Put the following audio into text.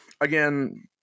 Again